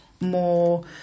more